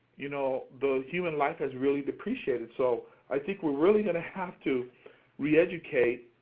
you know those human life has really depreciated. so i think we're really going to have to re-educate,